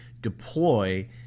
deploy